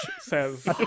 says